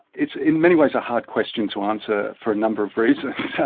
it's in many ways a hard question to answer, for a number of reasons,